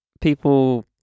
people